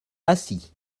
acy